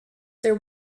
there